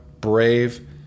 Brave